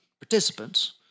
participants